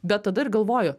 bet tada ir galvoju